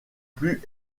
plus